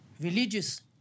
religious